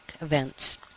events